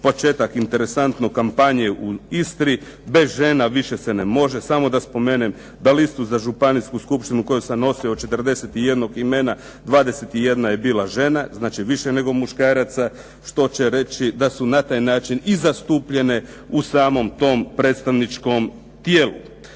pratio interesantne kampanje u Istri, bez žena više se ne može, samo da spomenem da listu za županijsku skupštinu koju sam nosio od 41 imena 21 je bila žena, znači više nego muškaraca, što će reći da su na taj način i zastupljene u samom tom predstavničkom tijelu.